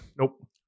Nope